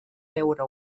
veure